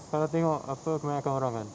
I sudah tengok apa kebanyakan orang kan